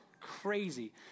crazy